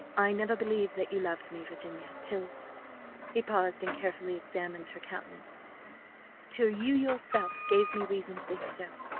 i never believed that you loved me, virginia, till he paused and carefully examined her countenance till you yourself gave me reason to think so.